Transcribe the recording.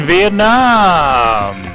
Vietnam